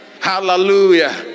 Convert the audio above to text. Hallelujah